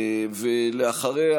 אחריה,